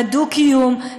לדו-קיום,